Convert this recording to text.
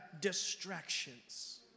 distractions